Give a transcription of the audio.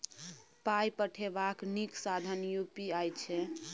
पाय पठेबाक नीक साधन यू.पी.आई छै